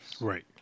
Right